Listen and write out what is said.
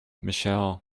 michelle